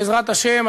בעזרת השם,